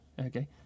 okay